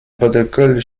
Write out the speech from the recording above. protocole